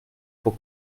pour